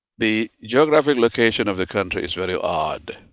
the geographical location of the country is really odd.